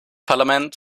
parlament